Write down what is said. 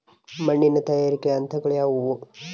ಮಣ್ಣಿನ ತಯಾರಿಕೆಯ ಹಂತಗಳು ಯಾವುವು?